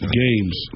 games